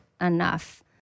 enough